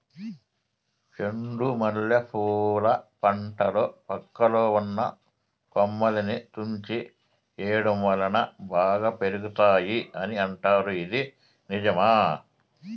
చెండు మల్లె పూల పంటలో పక్కలో ఉన్న కొమ్మలని తుంచి వేయటం వలన బాగా పెరుగుతాయి అని అంటారు ఇది నిజమా?